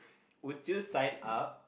would you sign up